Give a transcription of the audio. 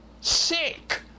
sick